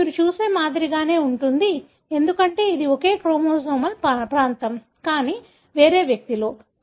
ఇది మీరు చూసే మాదిరిగానే ఉంటుంది ఎందుకంటే ఇది ఒకే క్రోమోజోమల్ ప్రాంతం కానీ వేరే వ్యక్తిలో